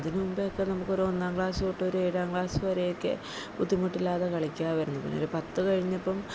അതിന് മുമ്പെക്കെ നമുക്ക് ഒരൊന്നാം ക്ലാസ് തൊട്ട് ഒരു ഏഴാം ക്ലാസ് വരെയൊക്കെ ബുദ്ധിമുട്ടില്ലാതെ കളിക്കാവായിരുന്നു പിന്നെ ഒരു പത്ത് കഴിഞ്ഞപ്പം